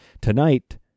tonight